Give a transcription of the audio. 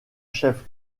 chef